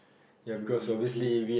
you you been